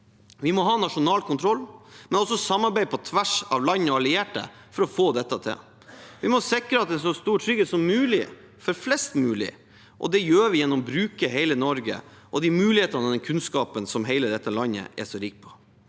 Vi må ha nasjonal kontroll, men også samarbeid på tvers av land og allierte for å få dette til. Vi må sikre en så stor trygghet som mulig for flest mulig, og det gjør vi gjennom å bruke hele Norge og de mulighetene og den kunnskapen som hele dette landet er så rikt på.